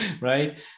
right